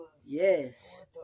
yes